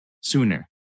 sooner